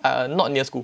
err not near school